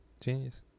Genius